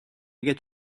get